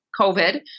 COVID